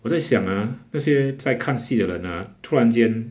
我在想 ah 那些在看戏的人 ah 突然间